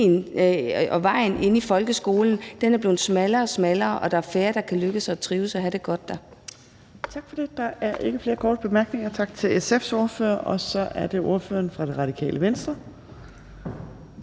og vejen inde i folkeskolen er blevet smallere og smallere og der er færre, der kan lykkes, trives og have det godt der. Kl. 12:30 Tredje næstformand (Trine Torp): Tak for det. Der er ikke flere korte bemærkninger. Tak til SF's ordfører, og så er det ordføreren for Radikale Venstre.